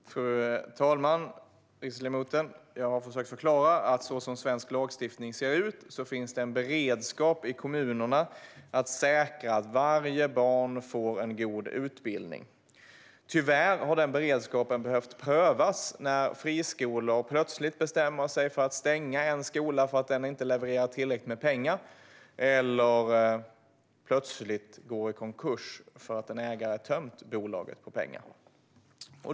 Fru talman! Riksdagsledamoten! Jag har försökt förklara att så som svensk lagstiftning ser ut finns det en beredskap i kommunerna att säkra att varje barn får en god utbildning. Tyvärr har den beredskapen behövt prövas när friskolor plötsligt bestämmer sig för att stänga en skola då den inte levererar tillräckligt med pengar eller går i konkurs för att en ägare har tömt bolaget på pengar.